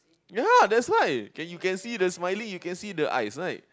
ya that's why you can see the smiling you can see the eyes right